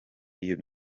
iyo